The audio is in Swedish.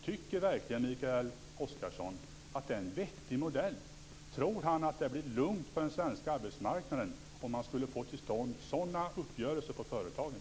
Tycker verkligen Mikael Oscarsson att det är vettig modell? Tror han att det blir lugnt på den svenska arbetsmarknaden om man skulle få till stånd sådana uppgörelser på företagen?